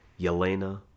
Yelena